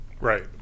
right